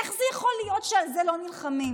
איך זה יכול להיות שעל זה לא נלחמים?